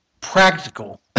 practical